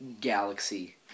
Galaxy